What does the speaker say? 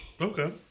Okay